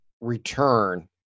return